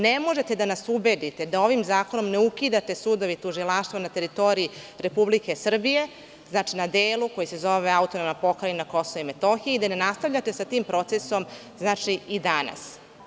Ne možete da nas ubedite da ovim zakonom ne ukidate sudove i tužilaštva na teritoriji Republike Srbije, znači, na delu koji se zove AP Kosovo i Metohija i da ne nastavljate sa tim procesom i danas.